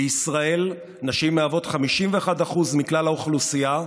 בישראל נשים הן 51% מכלל האוכלוסייה,